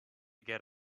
get